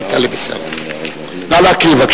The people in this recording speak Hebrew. נא להקריא.